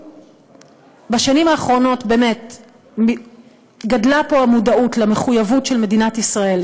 ובשנים האחרונות באמת גדלה פה המודעות למחויבות של מדינת ישראל,